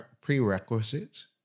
prerequisites